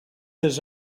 his